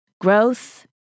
growth